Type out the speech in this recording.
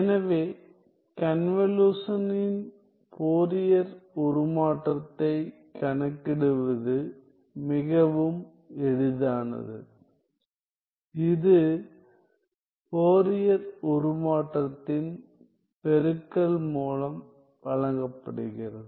எனவே கன்வலுஷனின் ஃபோரியர் உருமாற்றத்தை கணக்கிடுவது மிகவும் எளிதானது இது ஃபோரியர் உருமாற்றத்தின் பெருக்கல் மூலம் வழங்கப்படுகிறது